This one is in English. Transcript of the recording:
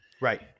right